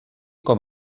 com